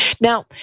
Now